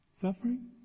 suffering